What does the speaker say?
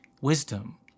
Wisdom